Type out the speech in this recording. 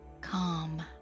calm